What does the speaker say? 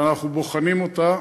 ואנחנו בוחנים אותה.